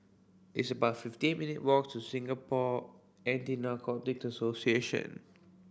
it's about fifty minute walk to Singapore Anti Narcotics Association